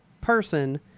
person